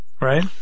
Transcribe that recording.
Right